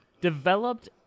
developed